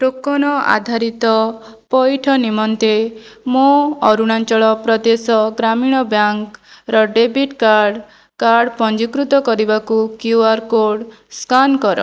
token ଆଧାରିତ ପୈଠ ନିମନ୍ତେ ମୋ ଅରୁଣାଚଳ ପ୍ରଦେଶ ଗ୍ରାମୀଣ ବ୍ୟାଙ୍କର ଡେବିଟ୍ କାର୍ଡ଼ କାର୍ଡ଼ ପଞ୍ଜୀକୃତ କରିବାକୁ କ୍ୟୁ ଆର୍ କୋଡ଼୍ ସ୍କାନ୍ କର